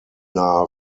nahe